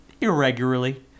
irregularly